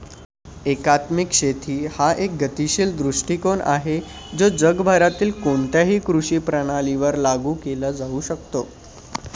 एकात्मिक शेती हा एक गतिशील दृष्टीकोन आहे जो जगभरातील कोणत्याही कृषी प्रणालीवर लागू केला जाऊ शकतो